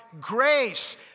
grace